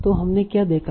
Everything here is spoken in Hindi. तो हमने क्या देखा है